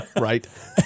Right